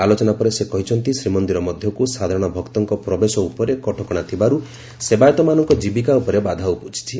ଆଲୋଚନା ପରେ ସେ କହିଛନ୍ତି ଶ୍ରୀମନ୍ଦିର ମଧ୍ଧକୁ ସାଧାରଣ ଭକ୍ତଙ୍କ ପ୍ରବେଶ ଉପରେ କଟକଶା ଥିବାରୁ ସେବାୟତମାନଙ୍କ ଜୀବିକା ଉପରେ ବାଧା ଉପୁକୁଛି